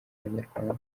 abanyarwanda